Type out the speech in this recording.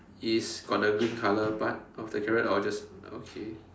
is got the green color part of the carrot or just okay